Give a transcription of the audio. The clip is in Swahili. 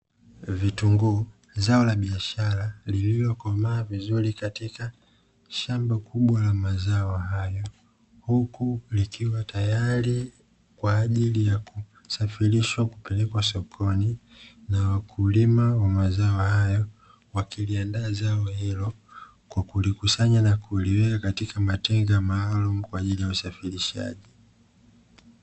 Vitunguu zao la biashara lililokomaa vizuri katika shamba kubwa la mazao, hayo huku nikiwa tayari kwa ajili ya kusafirishwa kupelekwa sokoni na wakulima wa mazao hayo, wakiliandaa zao hilo kwa kulikusanya na kuliweka katika matenga maalumu kwa ajili ya usafirishaji.